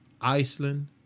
Iceland